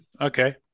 Okay